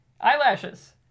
Eyelashes